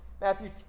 Matthew